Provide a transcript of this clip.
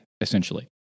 essentially